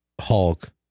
Hulk